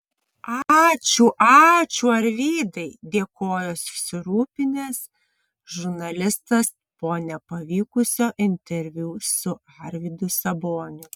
ačiū ačiū arvydai dėkojo susirūpinęs žurnalistas po nepavykusio interviu su arvydu saboniu